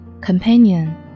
Companion